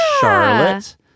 Charlotte